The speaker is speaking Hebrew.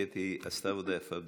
קטי עשתה עבודה יפה בדימונה.